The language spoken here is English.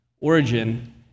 origin